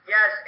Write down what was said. Yes